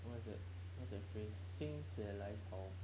what's that what is that phrase 心血来潮